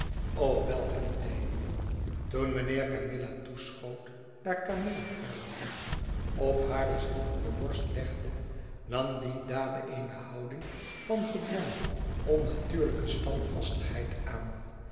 welk een idee toen mijriheer camilla toeschoot daar camilla hare hand op hare zwoegende borst legde nam die dame eene houdin van gedwongene onnatuurlijke standvastigheid aan